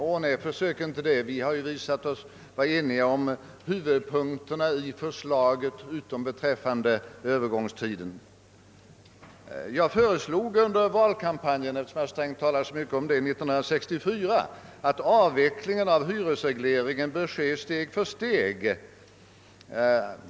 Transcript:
Å nej, försök inte! Vi har visat oss vara eniga om huvudpunkterna i förslaget utom beträffande övergångstiden. Eftersom herr Sträng talar så mycket om detta, kan jag nämna att jag under valkampanjen 1964 föreslog att avvecklingen av hyresregleringen borde ske steg för steg.